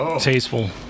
tasteful